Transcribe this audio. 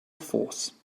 force